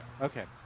Okay